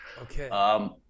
Okay